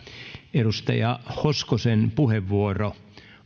edustaja hoskosen puheenvuoro